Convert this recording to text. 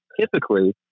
typically